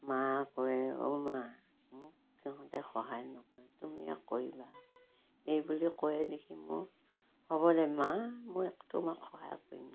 মা কয় অ' মা মোক সিহঁতে সহায় নকৰে তুমিয়ে কৰিবা এইবুলি কয়ে দেখি মোক হ'ব দে মা মই তোমাক সহায় কৰিম